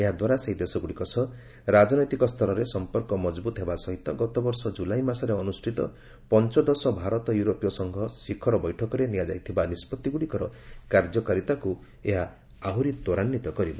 ଏହାଦ୍ୱାରା ସେହି ଦେଶଗୁଡ଼ିକ ସହ ରାଜନୈତିକ ସ୍ତରରେ ସମ୍ପର୍କ ମଜବୁତ ହେବା ସହିତ ଗତବର୍ଷ ଜୁଲାଇ ମାସରେ ଅନୁଷ୍ଠିତ ପଞ୍ଚଦଶ ଭାରତ ୟୁରୋପୀୟ ସଂଘର ଶିଖର ବୈଠକରେ ନିଆଯାଇଥିବା ନିଷ୍କଭି ଗୁଡ଼ିକର କାର୍ଯ୍ୟକାରୀତାକୁ ଏହା ଆହୁରି ତ୍ୱରାନ୍ଧିତ କରିବ